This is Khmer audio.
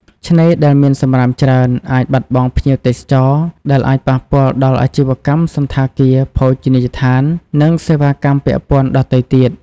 ឆ្នេរដែលមានសំរាមច្រើន អាចបាត់បង់ភ្ញៀវទេសចរ ដែលប៉ះពាល់ដល់អាជីវកម្មសណ្ឋាគារ ភោជនីយដ្ឋាន និងសេវាកម្មពាក់ព័ន្ធដទៃទៀត។